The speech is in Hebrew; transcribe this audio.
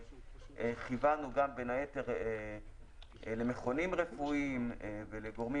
כיוונו גם בין היתר למכונים רפואיים ולגורמים